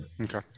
Okay